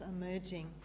emerging